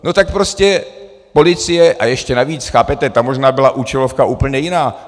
No tak prostě policie a ještě navíc, chápete?, tam možná byla účelovka úplně jiná.